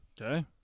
Okay